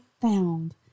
found